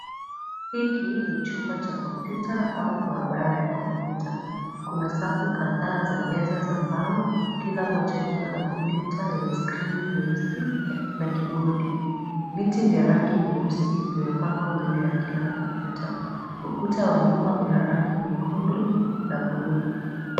Hiki ni chumba cha kompyuta, au maabara ya kompyuta, kuna safu kadhaa za meza za mbao, kila moja ikiwa na kompyuta yenye skrini nyeusi, na kibodi. Viti vya rangi nyeusi, vimepangwa mbele ya kila kompyuta. Ukuta wa nyuma una rangi nyekundu, na blue .